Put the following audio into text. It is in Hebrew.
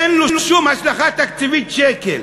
אין לו שום השלכה תקציבית, שקל.